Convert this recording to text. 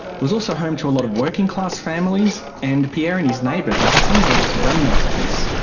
it was also home to a lot of working class families. and pierre and his neighbours are some of the last remnants of this.